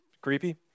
creepy